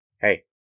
hey